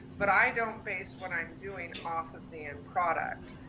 but i don't base what i'm doing off of the end product.